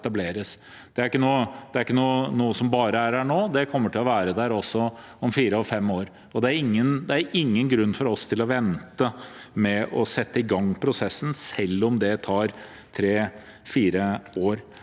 Det er ikke noe som bare er her nå; det kommer til å være der også om fire eller fem år. Det er ingen grunn til at vi skal vente med å sette i gang prosessen, selv om det tar tre–fire år.